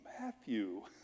Matthew